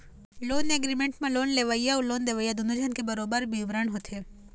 loan agreement म loan लेवइया अउ लोन देवइया दूनो झन के बरोबर बिबरन होथे